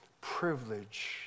privilege